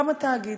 הוקם התאגיד.